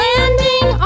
Landing